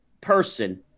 person